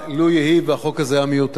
לו יהי שהחוק הזה היה מיותר.